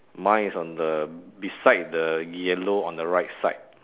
mine is on the beside the yellow on the right side